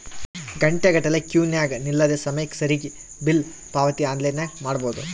ಘಂಟೆಗಟ್ಟಲೆ ಕ್ಯೂನಗ ನಿಲ್ಲದೆ ಸಮಯಕ್ಕೆ ಸರಿಗಿ ಬಿಲ್ ಪಾವತಿ ಆನ್ಲೈನ್ನಾಗ ಮಾಡಬೊದು